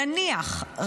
נניח,